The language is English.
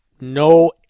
No